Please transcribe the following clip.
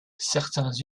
certains